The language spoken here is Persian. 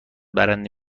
برنده